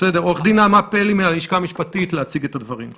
נעמה פלאי מהלשכה המשפטית להציג קודם את הדברים,